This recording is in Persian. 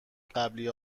قبلی